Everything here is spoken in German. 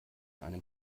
einem